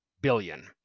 billion